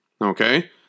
Okay